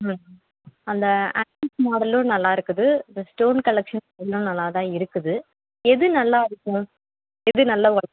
ம் அந்த ஆன்ட்டிக் மாடலும் நல்லாயிருக்குது இந்த ஸ்டோன் கலெக்ஷன்ஸ் இன்னும் நல்லாதான் இருக்குது எது நல்லா இருக்கும் எது நல்ல ஒர்க்